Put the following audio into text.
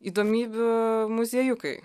įdomybių muziejukai